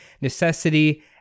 necessity